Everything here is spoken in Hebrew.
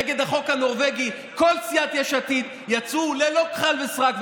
נגד החוק הנורבגי כל סיעת יש עתיד יצאו ללא כחל וסרק,